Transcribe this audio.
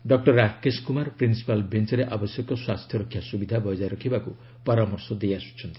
doctor Rakesh Kumar principal ବେଞ୍ଚରେ ଆବଶ୍ୟକ ସ୍ୱାସ୍ଥ୍ୟରକ୍ଷା ସ୍ଥବିଧା ବଜାୟ ରଖିବାକୁ ପରାମର୍ଶ ଦେଇଆସୁଛନ୍ତି